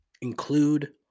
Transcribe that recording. include